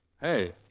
Hey